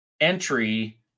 entry